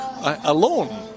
alone